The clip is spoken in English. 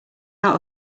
out